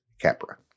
capra